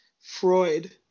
Freud